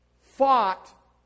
fought